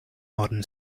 modern